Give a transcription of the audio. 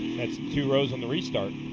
that's two rows on the restart.